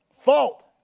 fault